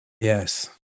yes